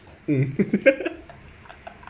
mm